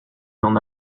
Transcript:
n’en